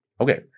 Okay